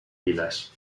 filas